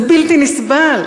זה בלתי נסבל.